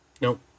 Nope